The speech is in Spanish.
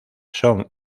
son